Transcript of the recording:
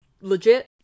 legit